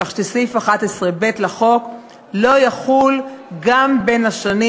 כך שסעיף 11(ב) לחוק לא יחול גם בשנים